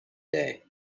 day